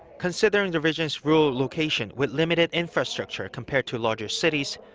considering the region's rural location, with limited infrastructure compared to larger cities,